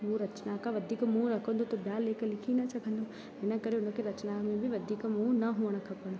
उहो रचना खां वधीक मोह रखंदो त ॿियां लेख लिखी न सघंदो इन करे उन्हनि खे रचना में बि वधीक मोह न हुजणु खपणु